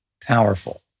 powerful